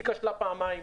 היא כשלה פעמיים.